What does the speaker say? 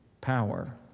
power